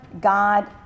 God